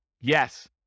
Yes